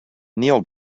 niel